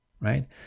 right